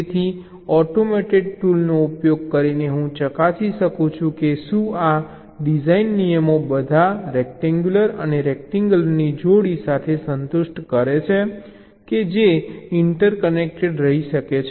તેથી ઑટોમેટેડ ટૂલનો ઉપયોગ કરીને હું ચકાસી શકું છું કે શું આ ડિઝાઇન નિયમો બધા રેક્ટેન્ગ્યલ અને રેક્ટેન્ગ્યલની જોડી માટે સંતુષ્ટ છે કે જે ઈન્ટરેકટ કરી શકે છે